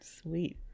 Sweet